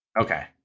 Okay